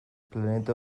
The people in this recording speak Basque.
planeta